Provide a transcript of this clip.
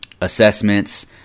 assessments